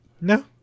No